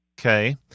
Okay